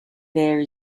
there